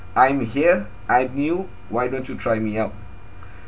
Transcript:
I'm here I'm new why don't you try me out